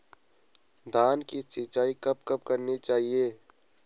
धान की सिंचाईं कब कब करनी चाहिये?